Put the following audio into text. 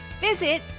Visit